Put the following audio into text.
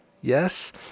Yes